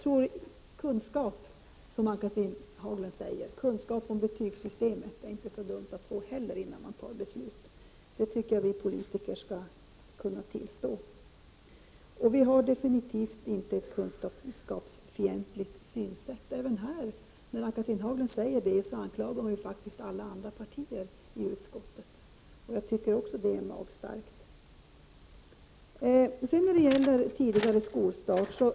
Det är inte heller så dumt att få kunskap om betygssystemet innan beslut fattas. Det tycker jag att vi politiker skall kunna tillstå. Vi i utskottsmajoriteten är definitivt inte kunskapsfientligt inställda. När Ann-Cathrine Haglund säger det anklagar hon faktiskt alla övriga partier i utskottet. Även det tycker jag är magstarkt. Så till frågan om en tidigare skolstart.